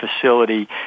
facility